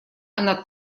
она